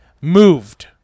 moved